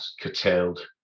curtailed